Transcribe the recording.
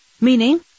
Meaning